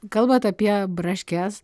kalbat apie braškes